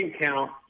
count